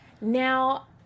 Now